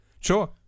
Sure